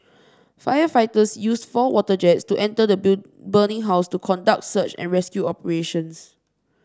firefighters used four water jets to enter the burning house to conduct search and rescue operations